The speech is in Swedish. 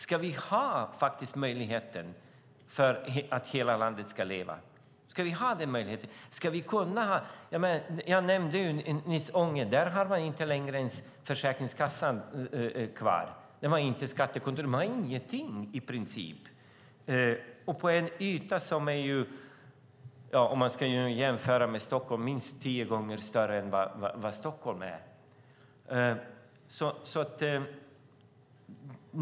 Ska vi ha möjligheten att hela landet ska leva? Ska vi ha den möjligheten? Jag nämnde nyss Ånge. Där har man inte längre ens Försäkringskassan kvar. De har inget skattekontor. De har i princip ingenting, på en yta som om man ska jämföra med Stockholm är minst tio gånger större.